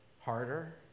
harder